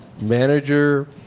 manager